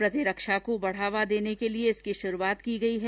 प्रतिरक्षा को बढ़ावा देने के लिए इसकी शुरूआत की गई है